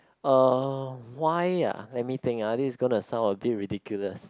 uh why ah let me think ah this is gonna sound a bit ridiculous